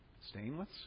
Stainless